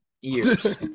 years